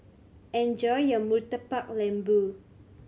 enjoy your Murtabak Lembu